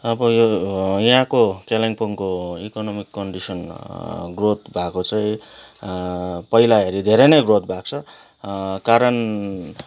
अब यो यहाँको कालिम्पोङको इकोनमिक कन्डिसन ग्रोथ भएको चाहिँ पहिला हेरी धेरै नै ग्रोथ भएको छ कारण